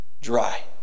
dry